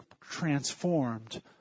transformed